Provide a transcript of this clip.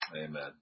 Amen